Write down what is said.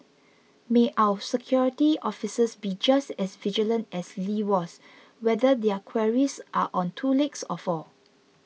may our security officers be just as vigilant as Lee was whether their quarries are on two legs or four